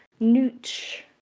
nooch